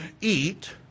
eat